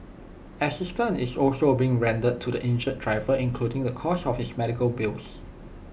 assistance is also being rendered to the injured driver including the cost of his medical bills